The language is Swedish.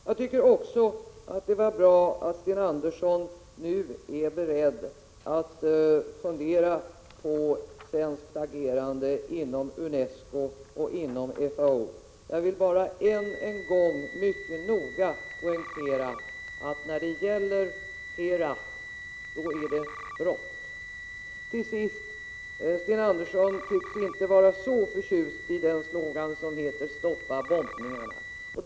Jag tycker också att det var bra att Sten Andersson nu är beredd att fundera på svenskt agerande inom UNESCO och inom FAO. Jag vill bara än en gång mycket noga poängtera att när det gäller Herat är det bråttom. Till sist tycks Sten Andersson inte vara så förtjust i den slogan som lyder: Stoppa bombningarna.